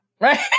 right